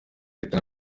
leta